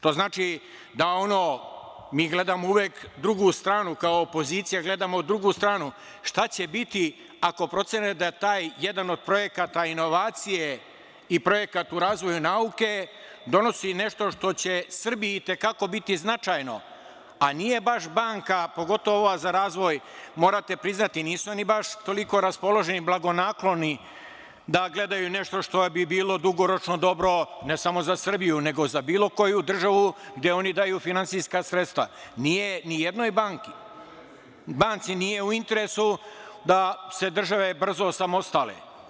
To znači da ono, mi gledamo uvek drugu stranu kao opozicija, šta će biti ako procene da jedan od projekata inovacije i projekat o razvoju nauke donosi nešto što će Srbiji biti i te kako značajno, a banka, pogotovo ova za razvoj, nije baš toliko raspoložena i blagonaklona da gledaju nešto što bi bilo dugoročno dobro ne samo za Srbiju nego za bilo koju državu gde oni daju finansijska sredstva, nije ni jednoj banci u interesu da se države brzo osamostale.